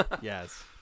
Yes